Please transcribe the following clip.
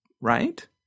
right